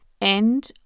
End